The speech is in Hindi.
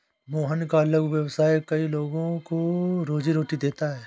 मोहन का लघु व्यवसाय कई लोगों को रोजीरोटी देता है